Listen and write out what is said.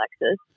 Alexis